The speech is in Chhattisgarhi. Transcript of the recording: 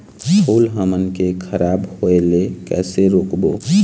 फूल हमन के खराब होए ले कैसे रोकबो?